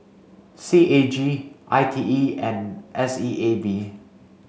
C A G I T E and S E A B